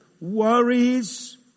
Worries